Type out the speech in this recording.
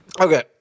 Okay